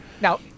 Now